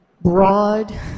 broad